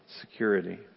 security